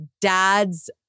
dad's